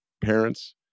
parents